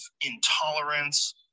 intolerance